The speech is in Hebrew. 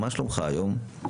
מה שלומך היום?